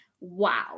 wow